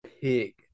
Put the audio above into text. pig